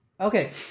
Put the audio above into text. okay